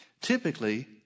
Typically